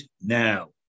now